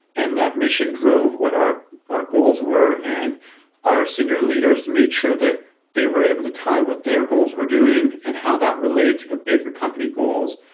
and that mission drove what our our goals were, and our senior leaders made sure that they were able to tie what their goals were doing and how that related to the bigger company goals.